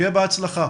שיהיה בהצלחה.